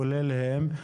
כולל כב"ה,